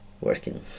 working